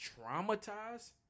traumatized